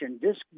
disc